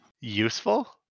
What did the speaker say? Useful